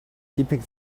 keeping